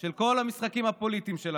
של כל המשחקים הפוליטיים שלכם,